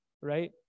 right